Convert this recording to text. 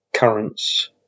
Currents